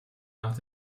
nach